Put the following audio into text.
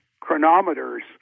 chronometers